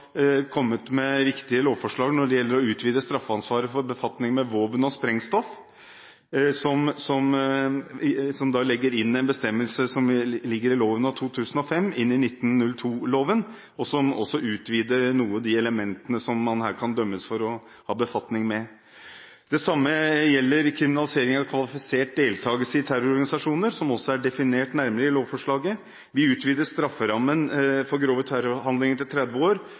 kommet med riktige lovforslag når det gjelder å utvide straffeansvaret for befatning med våpen og sprengstoff, og legger en bestemmelse som ligger i loven av 2005, inn i 1902-loven, og som også utvider noe de elementene som man her kan dømmes for å ha befatning med. Det samme gjelder kriminalisering av kvalifisert deltakelse i terrororganisasjoner, som også er definert nærmere i lovforslaget. Vi utvider strafferammen for grove terrorhandlinger til 30 år.